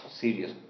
serious